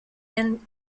and